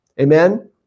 Amen